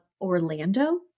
Orlando